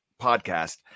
podcast